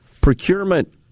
procurement